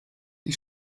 die